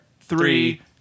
three